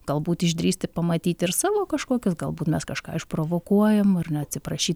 galbūt išdrįsti pamatyti ir savo kažkokius galbūt mes kažką išprovokuojam ar na atsiprašyt